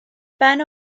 ben